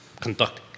conducting